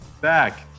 back